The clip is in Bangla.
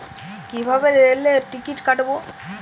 কিভাবে রেলের টিকিট কাটব?